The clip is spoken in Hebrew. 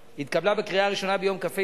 שותפי,